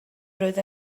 roedd